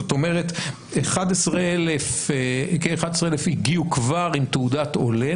זאת אומרת כ-11,000 הגיעו כבר עם תעודת עולה,